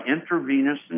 intravenous